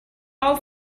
all